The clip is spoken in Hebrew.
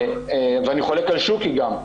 ואני חולק על שוקי גם.